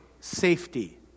safety